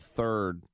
third